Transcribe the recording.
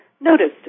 noticed